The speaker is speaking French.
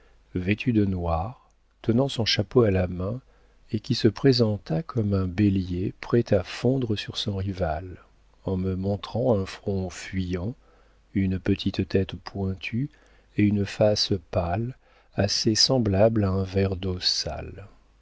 vêtu de noir tenant son chapeau à la main et qui se présenta comme un bélier prêt à fondre sur son rival en me montrant un front fuyant une petite tête pointue et une face pâle assez semblable à un verre d'eau sale